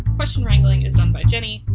question wrangling is done by jenny,